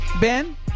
Ben